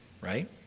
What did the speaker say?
right